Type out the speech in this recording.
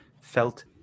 felt